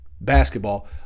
basketball